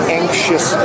anxious